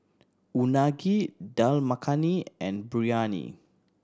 Unagi Dal Makhani and Biryani